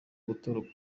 gutoroka